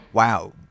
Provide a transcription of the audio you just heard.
Wow